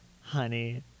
honey